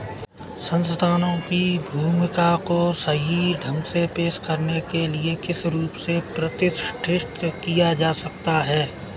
संस्थानों की भूमिका को सही ढंग से पेश करने के लिए किस रूप से प्रतिष्ठित किया जा सकता है?